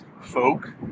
folk